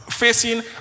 Facing